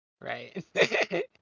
right